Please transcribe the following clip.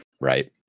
Right